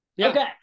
okay